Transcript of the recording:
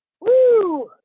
Woo